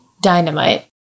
dynamite